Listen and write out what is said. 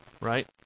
right